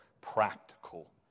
practical